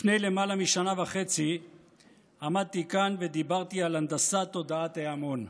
לפני למעלה משנה וחצי עמדתי כאן ודיברתי על הנדסת תודעת ההמון,